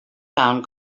down